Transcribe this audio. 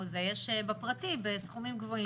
יש בפרטי בסכומים גבוהים.